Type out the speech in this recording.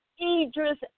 Idris